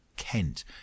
kent